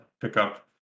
pickup